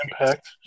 impact